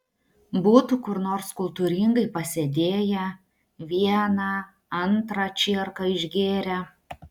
būtų kur nors kultūringai pasėdėję vieną antrą čierką išgėrę